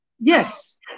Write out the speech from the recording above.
Yes